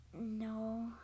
No